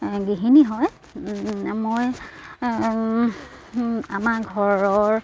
গৃহিণী হয় মই আমাৰ ঘৰৰ